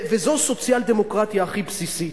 וזו סוציאל-דמוקרטיה הכי בסיסית.